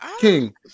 King